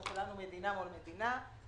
אנחנו כולנו מדינה מול מדינה.